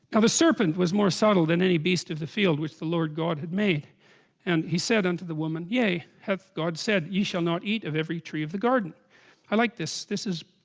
of? serpent was more subtle than any beast of the field which lord god had made and he said unto the woman yea hath god said ye shall not eat of every tree of the garden i like this this is